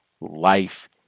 life